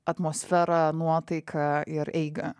atmosferą nuotaiką ir eigą